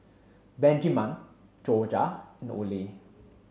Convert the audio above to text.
Benjiman Jorja and Oley